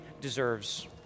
deserves